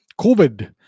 COVID